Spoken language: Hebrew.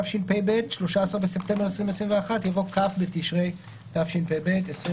בתשרי התשפ"ב (13 בספטמבר 2021)" יבוא "כ' בתשרי התשפ"ב (26